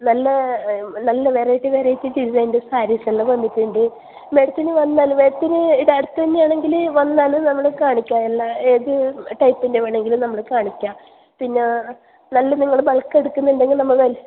നല്ല നല്ല variety variety ചുരിദാറിൻ്റെ സാരീസ് എല്ലാം വന്നിട്ടുണ്ട് മേഡത്തിന് വന്നാൽ മേഡത്തിന് ഈട അടുത്ത് തന്നെയാണെങ്കിൽ വന്നാൽ നമ്മൾ കാണിക്കാം എല്ലാം ഏത് ടൈപ്പിൻ്റെ വേണമെങ്കിലും നമ്മൾ കാണിക്കാം പിന്നെ നല്ല നിങ്ങൾ ബൾക്ക് എടുക്കുന്നുണ്ടെങ്കിൽ നമ്മൾ